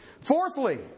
Fourthly